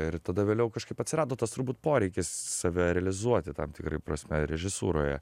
ir tada vėliau kažkaip atsirado tas turbūt poreikis save realizuoti tam tikra prasme režisūroje